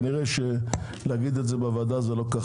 כנראה שלהגיד את זה בוועדת הכלכלה זה לא כל כך